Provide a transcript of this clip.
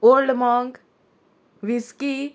old monk whisky